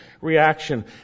reaction